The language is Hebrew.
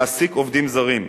להעסיק עובדים זרים,